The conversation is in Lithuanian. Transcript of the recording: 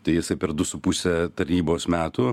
tai jisai per du su puse tarnybos metų